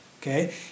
Okay